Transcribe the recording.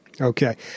Okay